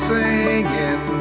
singing